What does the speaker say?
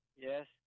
Yes